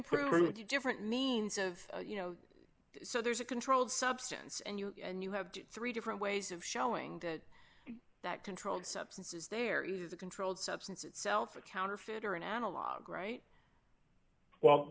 prove two different means of you know so there's a controlled substance and you and you have three different ways of showing that that controlled substances there is a controlled substance itself a counterfeiter an analog right well